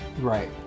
right